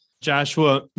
Joshua